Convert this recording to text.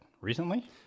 recently